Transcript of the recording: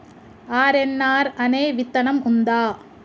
RNR అనే విత్తనం ఉందా?